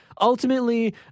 Ultimately